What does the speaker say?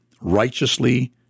righteously